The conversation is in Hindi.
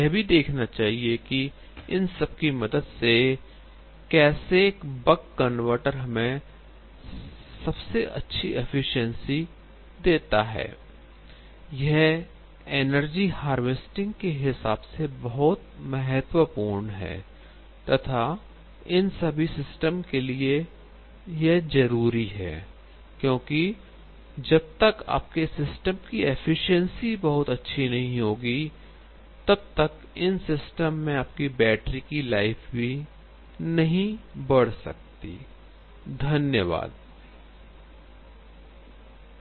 यह भी देखना चाहिए कि इन सब की मदद से कैसे एक बक कन्वर्टर हमें सबसे अच्छी एफिशिएंसी देता है I यह एनर्जी हार्वेस्टिंग के हिसाब से बहुत महत्वपूर्ण है तथा इन सभी सिस्टम के लिए यह जरूरी है I क्योंकि जब तक आपके सिस्टम की एफिशिएंसी बहुत अच्छी नहीं होगी तब तक इन सिस्टम में आपकी बैटरी की लाइफ भी नहीं बढ़ सकतीI धन्यवाद I